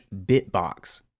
bitbox